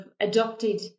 adopted